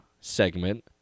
segment